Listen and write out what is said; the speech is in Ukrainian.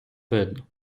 видно